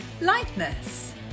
lightness